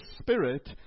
Spirit